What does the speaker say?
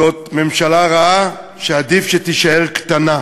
זאת ממשלה רעה, שעדיף שתישאר קטנה.